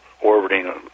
orbiting